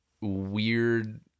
weird